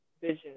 vision